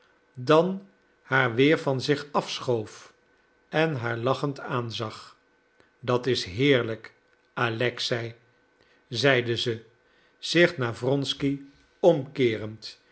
dan haar weer van zich afschoof en haar lachend aanzag dat is heerlijk alexei zei ze zich naar wronsky omkeerend